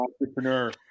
entrepreneur